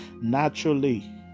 naturally